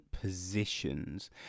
positions